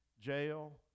jail